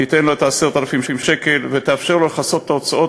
תיתן לו את 10,000 השקלים ותאפשר לו לכסות את ההוצאות